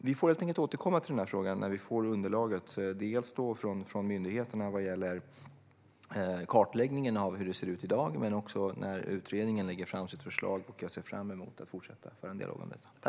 Vi får helt enkelt återkomma till denna fråga, dels när vi får underlaget från myndigheterna vad gäller kartläggningen av hur det ser ut i dag, dels när utredningen lägger fram sitt förslag. Jag ser fram emot att fortsätta att föra en dialog om detta.